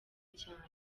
cyane